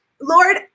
Lord